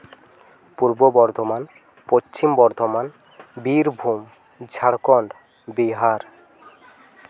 Purba Bardhaman Paschim Bardhaman Birbhum Jharkhand Bihar